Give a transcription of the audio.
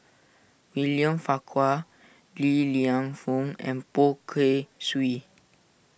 William Farquhar Li Lienfung and Poh Kay Swee